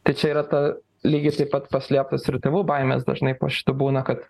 tai čia yra ta lygiai taip pat paslėptos ir tėvų baimės dažnai po šitu būna kad